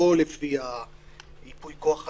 לא לפי הייפוי כוח הזה,